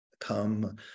come